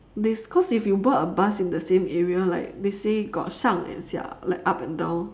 this cause if you board a bus in the same area like they say got shang and ya it's like up and down